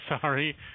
sorry